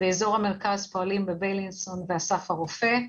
באזור המרכז פועלים בבלינסון ובאסף הרופא,